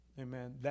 amen